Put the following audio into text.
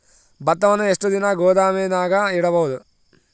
ಭತ್ತವನ್ನು ಎಷ್ಟು ದಿನ ಗೋದಾಮಿನಾಗ ಇಡಬಹುದು?